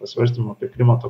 pasvarstymų apie klimato